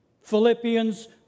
Philippians